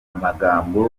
amagambo